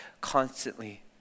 constantly